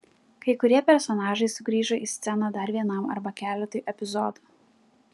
kai kurie personažai sugrįžo į sceną dar vienam arba keletui epizodų